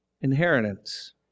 inheritance